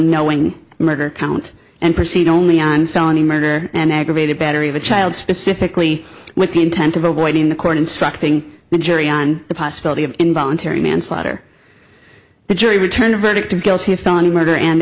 knowing murder count and proceed only on felony murder and aggravated battery of a child specifically with the intent of avoiding the court instructing the jury on the possibility of involuntary manslaughter the jury returned a verdict of guilty of felony murder and